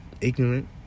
ignorant